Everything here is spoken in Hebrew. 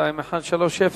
2130: